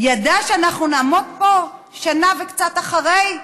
ידע שאנחנו נעמוד פה שנה וקצת אחרי,